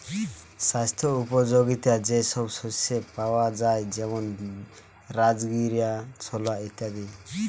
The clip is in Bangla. স্বাস্থ্য উপযোগিতা যে সব শস্যে পাওয়া যায় যেমন রাজগীরা, ছোলা ইত্যাদি